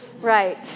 right